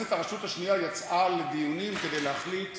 מועצת הרשות השנייה יצאה לדיונים כדי להחליט